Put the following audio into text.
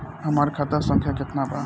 हमार खाता संख्या केतना बा?